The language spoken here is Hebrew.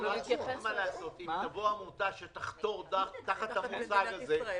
אם תבוא עמותה שתחתור תחת המושג הזה,